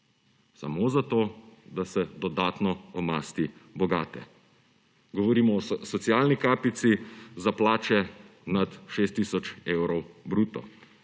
Samo zato, da se dodatno omasti bogate. Govorimo o socialni kapici za plače nad 6 tisoč evrov bruto.